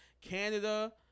Canada